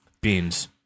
Beans